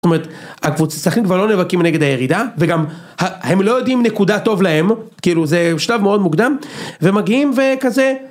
אצלכם כבר לא נאבקים נגד הירידה וגם הם לא יודעים נקודה טוב להם כאילו זה שלב מאוד מוקדם ומגיעים וכזה.